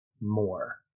more